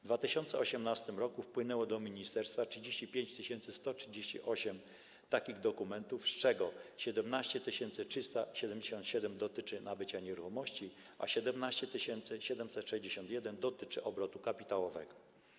W 2018 r. wpłynęło do ministerstwa 35 138 takich dokumentów, z czego 17 377 dotyczy nabycia nieruchomości, a 17 761 dotyczy obrotu kapitałowego.